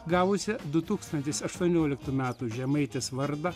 gavusia du tūkstantis aštuonioliktų metų žemaitės vardą